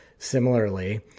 Similarly